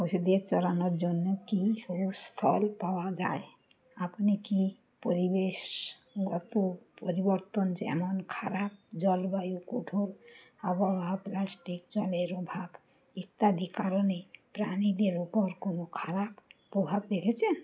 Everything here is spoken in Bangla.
পশুদের চরানোর চড়ানোর জন্য কি সবুজ স্থল পাওয়া যায় আপনি কি পরিবেশগত পরিবর্তন যেমন খারাপ জলবায়ু কঠোর আবহাওয়া প্লাস্টিক জলের অভাব ইত্যাদি কারণে প্রাণীদের ওপর কোনো খারাপ প্রভাব দেখেছেন